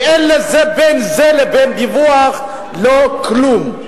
ואין בין זה לבין דיווח לא כלום.